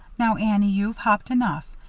now, annie, you've hopped enough.